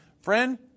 Friend